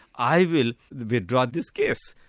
i will withdraw this case.